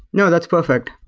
no, that's perfect.